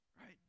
right